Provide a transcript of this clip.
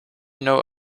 know